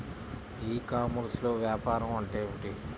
ఈ కామర్స్లో వ్యాపారం అంటే ఏమిటి?